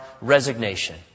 resignation